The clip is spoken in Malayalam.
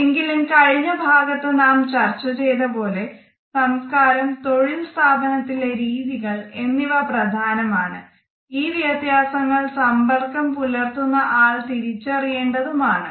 എങ്കിലും കഴിഞ്ഞ ഭാഗത്ത് നാം ചർച്ച ചെയ്തത് പോലെ സംസ്കാരം തൊഴിൽ സ്ഥാപനത്തിലെ രീതികൾ എന്നിവ പ്രധാനമാണ് ഈ വ്യത്യാസങ്ങൾ സമ്പർക്കം പുലർത്തുന്ന ആൾ തിരിച്ചറയേണ്ടതും ആണ്